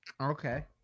Okay